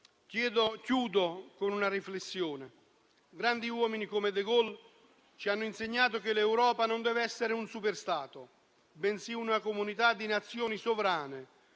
chiudo con una riflessione. Grandi uomini come De Gaulle ci hanno insegnato che l'Europa deve essere non un super-Stato, bensì una comunità di Nazioni sovrane,